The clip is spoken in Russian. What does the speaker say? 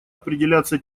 определяться